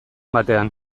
batean